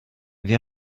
wir